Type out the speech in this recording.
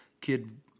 kid